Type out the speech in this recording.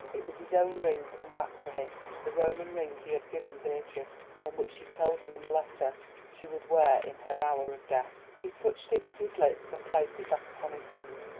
it was his own ring come back to him the roman ring he had given beatrice, and which she told him in the letter she would wear in her hour of death. he touched it with his lips and placed it back upon his hand,